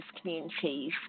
communities